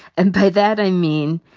and by that, i mean,